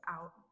out